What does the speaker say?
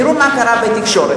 תראו מה קרה בתקשורת,